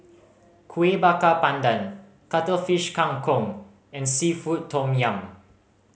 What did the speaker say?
Kueh Bakar Pandan Cuttlefish Kang Kong and seafood tom yum